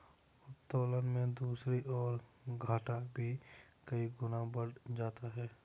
उत्तोलन में दूसरी ओर, घाटा भी कई गुना बढ़ जाता है